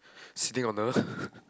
sitting on the